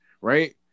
right